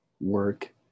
work